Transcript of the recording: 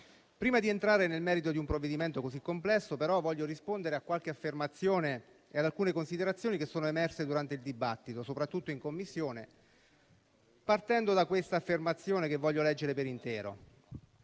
Prima di entrare nel merito di un provvedimento così complesso, però, voglio rispondere a qualche affermazione e ad alcune considerazioni emerse durante il dibattito, soprattutto in Commissione, partendo da questa affermazione che voglio leggere per intero.